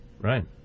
Right